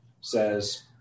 says